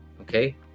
okay